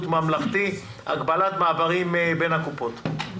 ממלכתי (הגבלת מעברים בין קופות החולים).